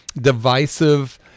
divisive